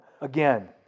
Again